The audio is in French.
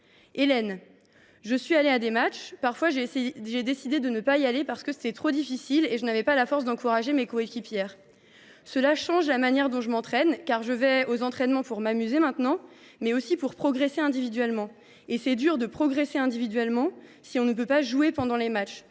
Hélène :« Je suis allée à des matchs, parfois j’ai décidé de ne pas y aller parce que c’était trop difficile et je n’avais pas la force d’encourager mes coéquipières. Cela change la manière dont je m’entraîne, car je vais aux entraînements pour m’amuser maintenant, mais aussi pour progresser individuellement ; et c’est dur de progresser individuellement si on ne peut pas jouer pendant les matchs,